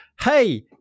Hey